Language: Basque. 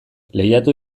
lehiatu